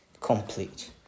complete